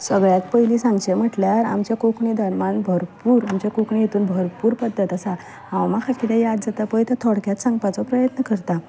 सगल्यांत पयलीं सांगचें म्हटल्यार आमच्या कोंकणी धर्मान भरपूर म्हणजे कोंकणी हितून भरपूर पद्दती आसा हांव म्हाका किदें याद जाता पळय तें थोडक्यांत सांगपाचो प्रयत्न करता